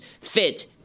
fit